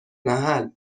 محل